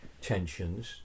tensions